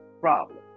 problem